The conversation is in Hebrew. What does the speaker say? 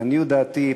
לעניות דעתי,